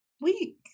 week